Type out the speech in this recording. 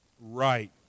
Right